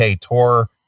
tour